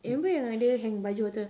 remember yang dia hang baju pastu